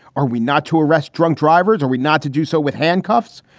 are we not to arrest drunk drivers? are we not to do so with handcuffs?